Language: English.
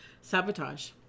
sabotage